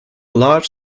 large